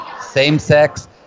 same-sex